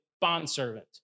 bondservant